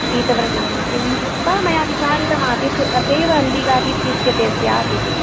पीतवर्णः एवं हृत्वा मया विचारितमासीत् अतएव हल्दिघाट् इत्युच्यते स्यात् इति